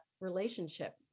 relationship